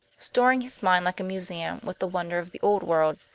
storing his mind like a museum with the wonder of the old world,